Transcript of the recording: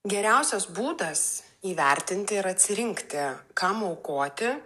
geriausias būdas įvertinti ir atsirinkti kam aukoti